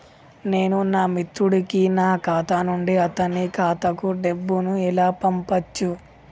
నేను నా మిత్రుడి కి నా ఖాతా నుండి అతని ఖాతా కు డబ్బు ను ఎలా పంపచ్చు?